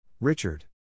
Richard